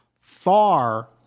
Far